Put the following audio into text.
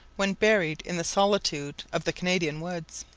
when buried in the solitude of the canadian woods.